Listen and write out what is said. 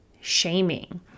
shaming